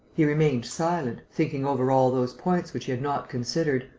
he remained silent, thinking over all those points which he had not considered,